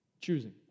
choosing